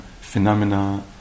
phenomena